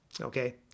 okay